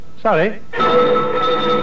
Sorry